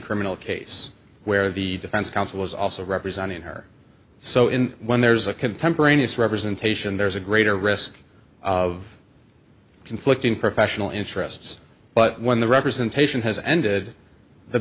criminal case where the defense counsel is also representing her so in when there's a contemporaneous representation there's a greater risk of conflict in professional interests but when the representation has ended the